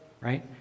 right